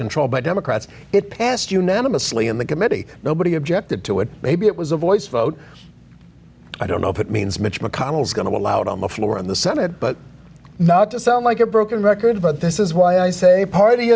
controlled by democrats it passed unanimously in the committee nobody objected to it maybe it was a voice vote i don't know if it means mitch mcconnell is going to allow it on the floor in the senate but not to sound like a broken record but this is why i say party